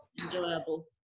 enjoyable